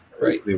Right